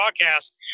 broadcast